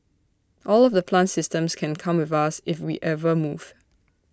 all of the plant systems can come with us if we ever move